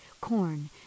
corn